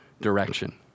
direction